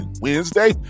Wednesday